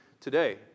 today